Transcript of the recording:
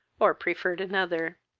or preferred another.